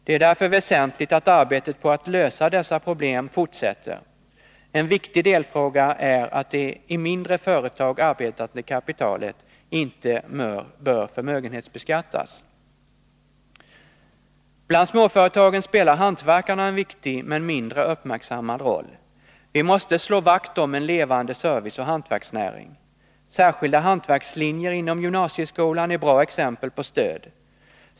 Det är därför väsentligt att arbetet på att lösa dessa problem fortsätter. En viktig delfråga är att det i mindre företag arbetande kapitalet inte bör förmögenhetsbeskattas. Bland småföretagen spelar hantverkarna en viktig men mindre uppmärksammad roll. Vi måste slå vakt om en levande serviceoch hantverksnäring. Särskilda hantverkslinjer inom gymnasieskolan är bra exempel på stöd.